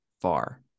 far